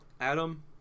Adam